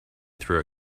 through